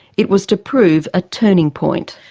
it was to prove a turning point.